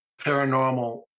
paranormal